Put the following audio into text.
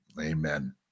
amen